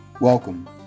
Welcome